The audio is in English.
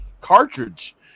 cartridge